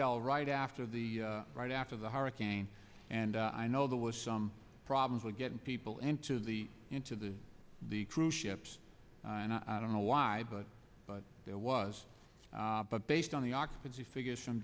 del right after the right after the hurricane and i know there was some problems with getting people into the into the the cruise ships and i don't know why but but there was but based on the occupancy figures from